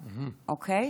אוקיי.